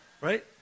right